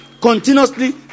continuously